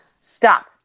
stop